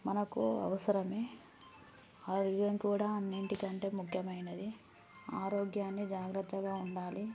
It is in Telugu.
మనకు అవసరం ఆరోగ్యం కూడా అన్నిటికంటే ముఖ్యమైనది ఆరోగ్యాన్ని జాగ్రత్తగా ఉండాలి